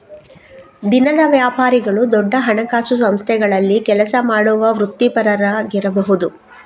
ದಿನದ ವ್ಯಾಪಾರಿಗಳು ದೊಡ್ಡ ಹಣಕಾಸು ಸಂಸ್ಥೆಗಳಲ್ಲಿ ಕೆಲಸ ಮಾಡುವ ವೃತ್ತಿಪರರಾಗಿರಬಹುದು